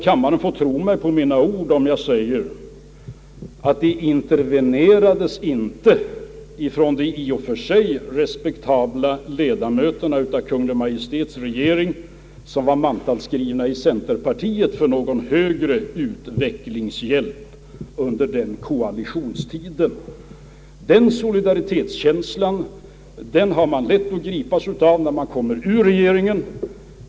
Kammaren får tro mig på mitt ord om jag säger, att de i och för sig respektabla ledamöter av Kunel. Maj:ts regering som var mantalsskrivna i centerpartiet inte intervenerade för någon högre utvecklingshjälp under koalitionstiden. En sådan solidaritetskänsla har man lätt att gripas av när man kommer ur regeringen.